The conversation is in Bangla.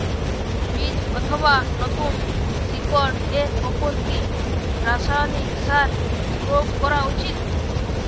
বীজ অথবা নতুন শিকড় এর উপর কি রাসায়ানিক সার প্রয়োগ করা উচিৎ?